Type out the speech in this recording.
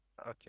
okay